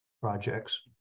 projects